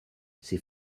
ses